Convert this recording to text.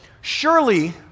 surely